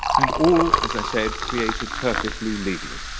and all, as i said, created perfectly legally.